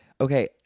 Okay